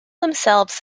themselves